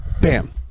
bam